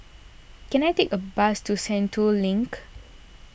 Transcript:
can I take a bus to Sentul Link